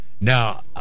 Now